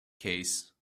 case